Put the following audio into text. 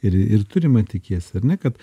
ir ir tu rima tikiesi ar ne kad